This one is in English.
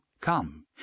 Come